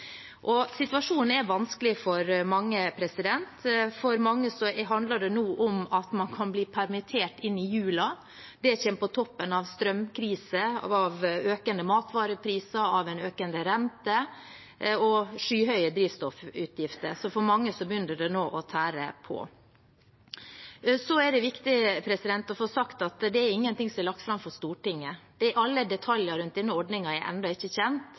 Situasjonen er vanskelig for mange. For mange handler det nå om at man kan bli permittert inn i jula. Det kommer på toppen av strømkrise, økende matvarepriser, økende rente og skyhøye drivstoffutgifter. Så for mange begynner det nå å tære på. Så er det viktig å få sagt at det er ingenting som er lagt fram for Stortinget. Alle detaljer rundt denne ordningen er ennå ikke kjent,